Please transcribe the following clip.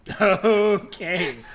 Okay